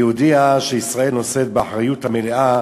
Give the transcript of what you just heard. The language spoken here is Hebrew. והודיע שישראל נושאת באחריות המלאה